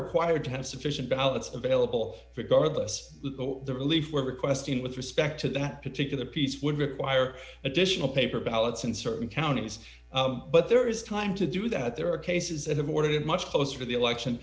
required to have sufficient ballots available regardless the relief we're requesting with respect to that particular piece would require additional paper ballots in certain counties but there is time to do that there are cases that have ordered much closer to the election